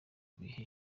bihe